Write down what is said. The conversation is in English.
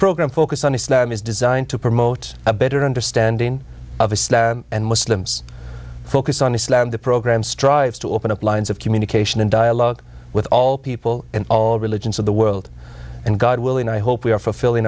program focus on islam is designed to promote a better understanding of islam and muslims focus on islam the program strives to open up lines of communication and dialogue with all people in all religions of the world and god willing i hope we are fulfilling